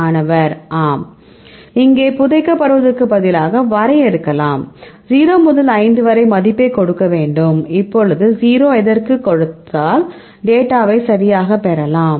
மாணவர் ஆம் இங்கே புதைக்கப்படுவதற்கு பதிலாக வரையறுக்கலாம் 0 முதல் 5 வரை மதிப்பைக் கொடுக்க வேண்டும் இப்போது 0 எதற்கும் கொடுத்தால் டேட்டாவை சரியாகப் பெறலாம்